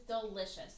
delicious